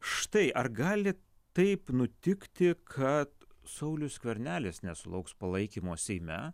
štai ar gali taip nutikti kad saulius skvernelis nesulauks palaikymo seime